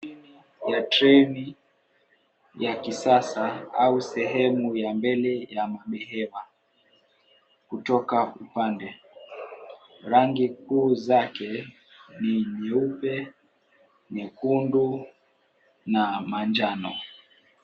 Treni ya kisasa au sehemu ya mbele ya kutoka upande kuu zake ni nyeupe, nyekundu na manjano.